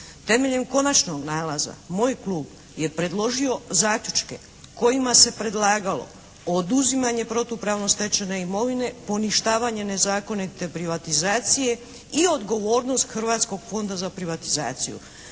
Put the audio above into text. Temeljem konačnog nalaza moj klub je predložio zaključke kojima se predlagalo oduzimanje protupravno stečene imovine, poništavanje nezakonite privatizacije i odgovornost Hrvatskog fonda za privatizaciju.